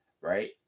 right